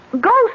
Ghost